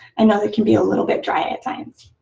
and know it can be a little bit dry at times.